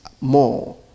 more